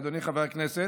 אדוני חבר הכנסת,